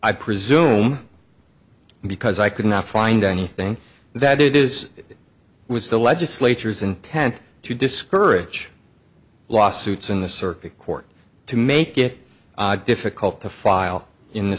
i presume because i could not find anything that it is it was the legislature's intent to discourage lawsuits in the circuit court to make it difficult to file in the